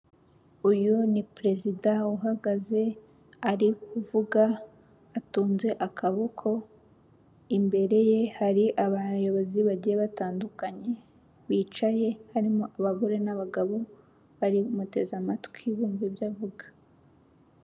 Uyu ni perezida uhagaze ari kuvuga atunze akaboko, imbere ye hari abayobozi bagiye batandukanye bicaye harimo abagore n'abagabo bari bamuteze amatwi bumva ibyo avuga.